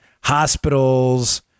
hospitals